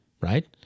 right